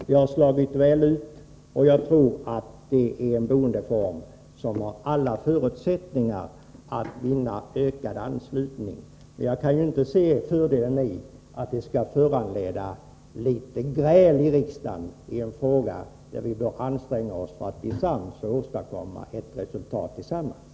De har slagit väl ut, och jag tror att det är en boendeform som har förutsättningar att vinna ökad anslutning. Jag kan inte se fördelen med ett litet gräl i riksdagen i en fråga där vi bör anstränga oss att bli överens och åstadkomma ett resultat tillsammans.